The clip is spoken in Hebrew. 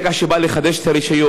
ברגע שהוא בא לחדש את הרישיון